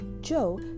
Joe